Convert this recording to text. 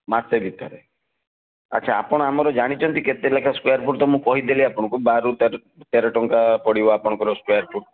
ମାସେ ଭିତେରେ ଆଚ୍ଛା ଆପଣ ଆମର ଜାଣିଛନ୍ତି କେତେ ଲେଖାଏଁ ସ୍କୋୟାର୍ ଫୁଟ୍ ତ ମୁଁ କହିଦେଲି ଆପଣଙ୍କୁ ବାରରୁ ତେର ଟଙ୍କା ପଡ଼ିବ ଆପଣଙ୍କର ସ୍କୋୟାର୍ ଫୁଟ୍